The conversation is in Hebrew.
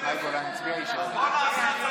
ונעשה הצגה, תודה.